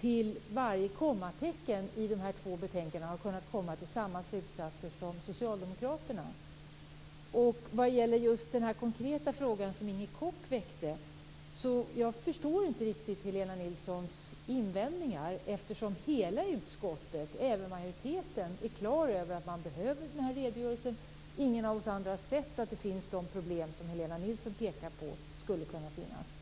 till varje kommatecken i de här två betänkandena har kunnat komma till samma slutsatser som Socialdemokraterna. Vad gäller den konkreta fråga som Inger Koch väckte förstår jag inte riktigt Helena Nilssons invändningar eftersom hela utskottet, även majoriteten, är klar över att man behöver den här redogörelsen. Ingen av oss andra har sett att de problem som Helena Nilsson pekar på finns.